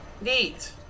Neat